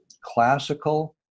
classical